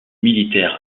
militaires